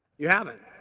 you haven't?